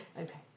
Okay